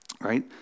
right